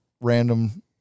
random